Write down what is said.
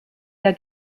der